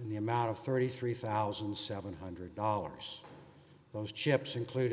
in the amount of thirty three thousand seven hundred dollars those chips include as